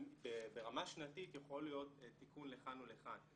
ברמה שנתית יכול להיות תיקון לכאן או לכאן,